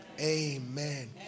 Amen